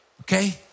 okay